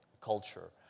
culture